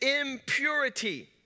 impurity